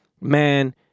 man